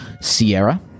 Sierra